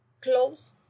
close